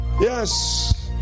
Yes